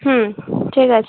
হুম ঠিক আছে